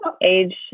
age